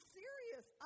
serious